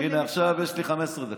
הינה, עכשיו יש לי 15 דקות.